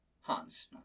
Hans